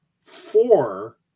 four